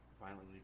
violently